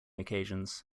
occasions